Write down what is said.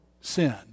sin